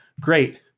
great